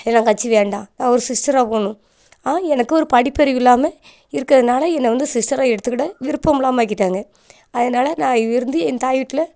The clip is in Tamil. கல்யாணம் காட்சி வேண்டாம் நான் ஒரு சிஸ்டராக போகணும் ஆனால் எனக்கு ஒரு படிப்பறிவு இல்லாமல் இருக்கிறனால என்ன வந்து சிஸ்டராக எடுத்துக்கிட விருப்பமில்லாமல் ஆக்கிட்டாங்க அதனால் நான் இருந்து என் தாய் வீட்டில்